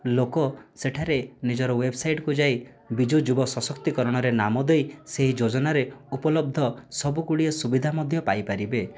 ଲୋକ ସେଠାରେ ନିଜର ୱେବସାଇଟ୍କୁ ଯାଇ ବିଜୁ ଯୁବ ସଶକ୍ତିକରଣରେ ନାମ ଦେଇ ସେହି ଯୋଜନାରେ ଉପଲବ୍ଧ ସବୁ ଗୁଡ଼ିଏ ସୁବିଧା ମଧ୍ୟ ପାଇପାରିବେ